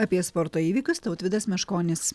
apie sporto įvykius tautvydas meškonis